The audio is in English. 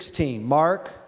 Mark